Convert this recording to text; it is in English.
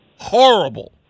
horrible